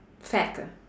fact ah